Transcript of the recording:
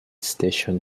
station